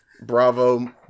bravo